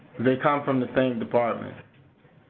they come from the same department.